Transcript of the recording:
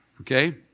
okay